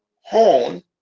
horn